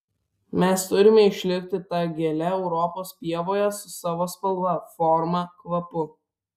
mes turime išlikti ta gėle europos pievoje su savo spalva forma kvapu